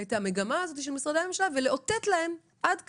את המגמה של משרדי הממשלה ולאותת להם עד כאן,